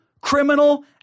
criminal